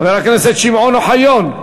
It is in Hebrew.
חבר הכנסת שמעון אוחיון.